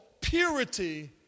purity